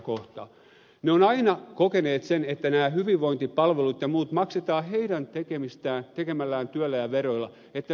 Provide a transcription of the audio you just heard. he ovat aina kokeneet että nämä hyvinvointipalvelut ja muut maksetaan heidän tekemällään työllä ja veroilla